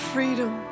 Freedom